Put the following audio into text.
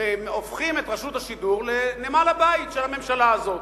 והופכים את רשות השידור לנמל הבית של הממשלה הזאת.